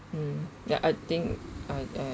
mm ya I think ah uh